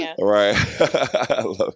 Right